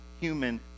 human